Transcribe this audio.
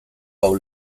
hau